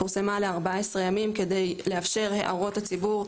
פורסמה ל-14 ימים כדי לאפשר הערות הציבור.